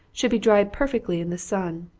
should be dried perfectly in the sun,